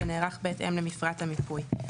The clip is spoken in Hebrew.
שנערך בהתאם למפרט המיפוי,